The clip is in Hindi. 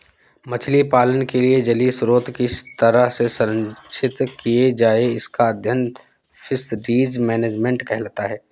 मछली पालन के लिए जलीय स्रोत किस तरह से संरक्षित किए जाएं इसका अध्ययन फिशरीज मैनेजमेंट कहलाता है